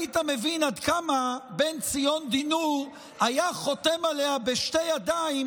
היית מבין עד כמה בן-ציון דינור היה חותם עליה בשתי ידיים,